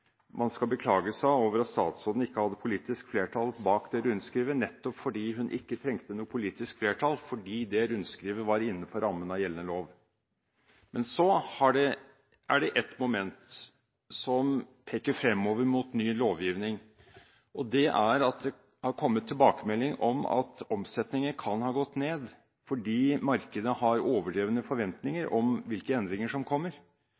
man skal beklage seg over at statsråden ikke hadde politisk flertall bak det rundskrivet – nettopp fordi hun ikke trengte noe politisk flertall fordi det rundskrivet var innenfor rammen av gjeldende lov. Men så er det et moment som peker fremover mot ny lovgivning, og det er at det har kommet tilbakemelding om at omsetningen kan ha gått ned fordi markedet har overdrevne forventninger om hvilke endringer som kommer.